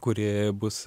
kuri bus